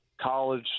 college